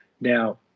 Now